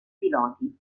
piloti